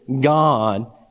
God